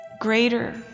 greater